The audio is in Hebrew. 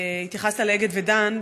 התייחסת ל"אגד" ו"דן",